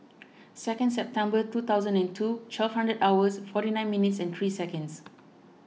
second September two thousand and two twelve hundred hours forty nine minutes and three seconds